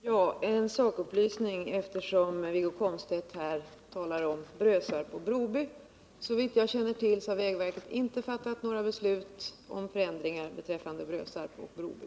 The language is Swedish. Herr talman! En sakupplysning, eftersom Wiggo Komstedt talar om Brösarp och Broby: Såvitt jag känner till har vägverket inte fattat några beslut om förändringar beträffande Brösarp och Broby.